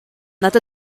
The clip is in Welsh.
nad